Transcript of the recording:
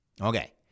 Okay